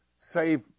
Save